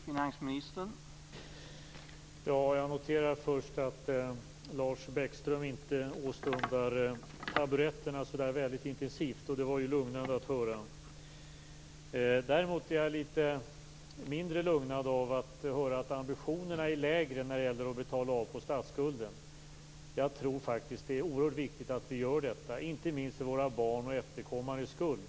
Herr talman! Jag noterar först att Lars Bäckström inte åstundar taburetterna så väldigt intensivt. Det var lugnande att höra. Däremot blir jag litet mindre lugnad av att höra att ambitionerna är lägre när det gäller att betala av på statsskulden. Jag tror faktiskt att det är oerhört viktigt att vi gör det - inte minst för våra barns och efterkommandes skull.